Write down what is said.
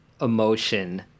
emotion